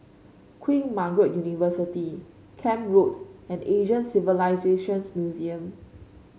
Queen Margaret University Camp Road and Asian Civilisations Museum